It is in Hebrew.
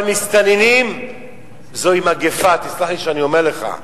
אבל מסתננים זוהי מגפה, תסלח לי שאני אומר לך.